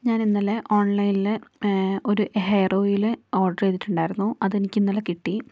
ഞാനിന്നലെ ഓണ്ലൈനിൽ ഒരു hair oil order ചെയ്തിട്ടുണ്ടായിരുന്നു അതെനിക്കിന്നലെ കിട്ടി